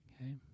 okay